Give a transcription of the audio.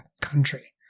country